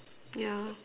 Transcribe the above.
yeah